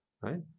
right